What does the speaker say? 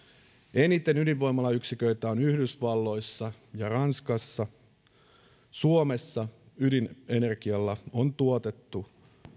eniten ydinvoimalayksiköitä on yhdysvalloissa ja ranskassa suomessa ydinenergialla on tuotettu